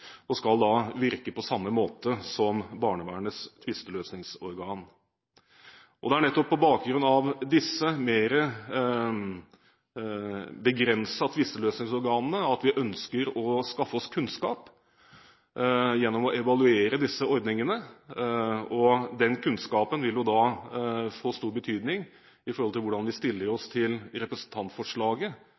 og som skal virke på samme måte som barnevernets tvisteløsningsorgan. Det er nettopp på bakgrunn av disse mer begrensede tvisteløsningsorganene at vi ønsker å skaffe oss kunnskap gjennom å evaluere disse ordningene, og den kunnskapen vil få stor betydning når det gjelder hvordan vi stiller oss til representantforslaget